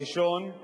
הראשון הוא